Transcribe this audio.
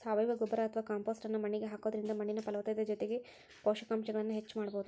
ಸಾವಯವ ಗೊಬ್ಬರ ಅತ್ವಾ ಕಾಂಪೋಸ್ಟ್ ನ್ನ ಮಣ್ಣಿಗೆ ಹಾಕೋದ್ರಿಂದ ಮಣ್ಣಿನ ಫಲವತ್ತತೆ ಜೊತೆಗೆ ಪೋಷಕಾಂಶಗಳನ್ನ ಹೆಚ್ಚ ಮಾಡಬೋದು